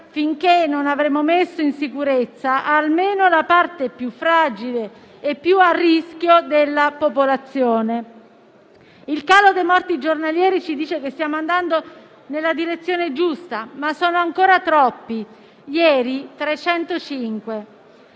finché non avremo messo in sicurezza almeno la parte più fragile e più a rischio della popolazione. Il calo dei morti giornalieri ci dice che stiamo andando nella direzione giusta, ma sono ancora troppi (ieri sono